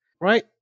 right